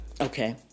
Okay